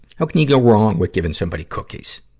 how can you go wrong with giving somebody cookies?